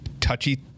touchy